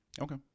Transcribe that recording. okay